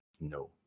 no